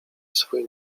swój